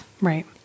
Right